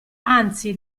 anzi